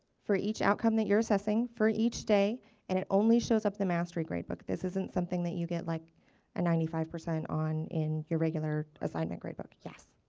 for each outcome that you're assessing for each day and it only shows up the mastery gradebook. this isn't something that you get like a ninety five percent on in the regular assignment gradebook. yes,